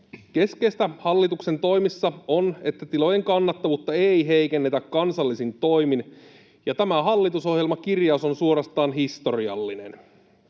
Keskeistä hallituksen toimissa on, että tilojen kannattavuutta ei heikennetä kansallisin toimin, ja tämä hallitusohjelmakirjaus on suorastaan historiallinen.